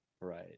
right